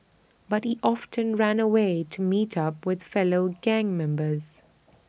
but he often ran away to meet up with fellow gang members